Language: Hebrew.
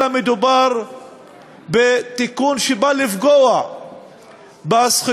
אלא מדובר בתיקון שבא לפגוע בזכויות